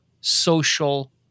social